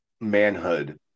manhood